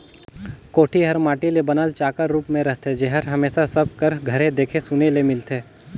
कोठी हर माटी ले बनल चाकर रूप मे रहथे जेहर हमेसा सब कर घरे देखे सुने ले मिलथे